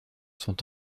sont